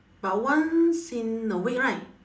about once in a week right